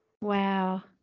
Wow